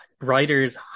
writers